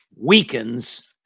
weakens